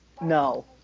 No